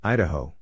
Idaho